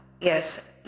yes